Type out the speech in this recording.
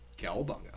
Cowabunga